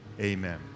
amen